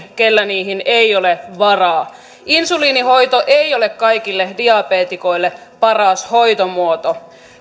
keillä niihin ei ole varaa insuliinihoito ei ole kaikille diabeetikoille paras hoitomuoto